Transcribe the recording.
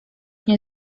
nie